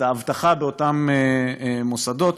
את האבטחה באותם מוסדות,